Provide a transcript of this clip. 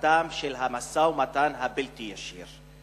פתיחתו של המשא-ומתן הבלתי-ישיר.